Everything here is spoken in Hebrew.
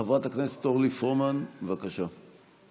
חברת הכנסת אורלי פורמן, בבקשה.